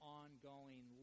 ongoing